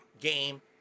game